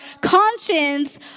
conscience